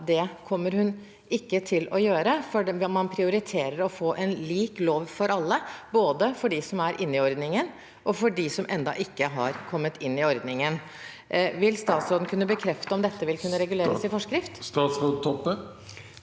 det kommer hun ikke til å gjøre fordi man prioriterer å få en lik lov for alle, både for dem som er inne i ordningen, og for dem som ennå ikke har kommet inn i ordningen. Vil statsråden bekrefte om dette vil kunne reguleres i forskrift? Statsråd Kjersti Toppe